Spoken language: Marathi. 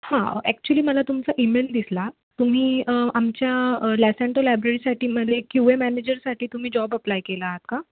हां ॲक्च्युली मला तुमचा ईमेल दिसला तुम्ही आमच्या लॅसंटो लायब्ररीसाटी मध्ये क्यू ए मॅनेजरसाठी तुम्ही जॉब अप्लाय केला आहात का